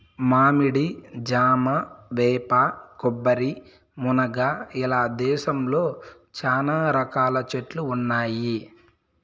మామిడి, జామ, వేప, కొబ్బరి, మునగ ఇలా దేశంలో చానా రకాల చెట్లు ఉన్నాయి